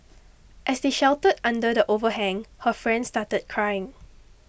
as they sheltered under the overhang her friend started crying